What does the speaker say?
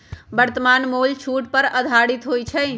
वर्तमान मोल छूट पर आधारित होइ छइ